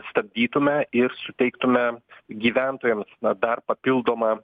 stabdytume ir suteiktume gyventojams na dar papildomą